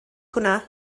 hwnna